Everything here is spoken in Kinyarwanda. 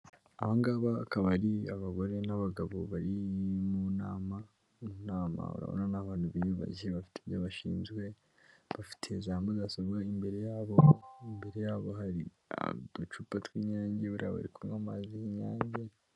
Aba ngaba akaba ari abagore n'abagabo bari mu nama, mu nama urabona ni abantu biyubashye bafite ibyo bashinzwe, bafite za mudasobwa imbere yabo, imbere yabo hari uducupa tw'inyinge, buriya bari kunywa amazi y'inyange.